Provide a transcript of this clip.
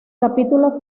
capítulo